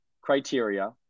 criteria